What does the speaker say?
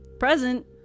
present